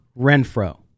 Renfro